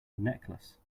necklace